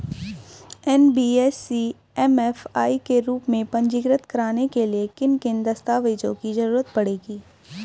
NBFC MFI के रूप में पंजीकृत कराने के लिए किन किन दस्तावेजों की जरूरत पड़ेगी?